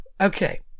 okay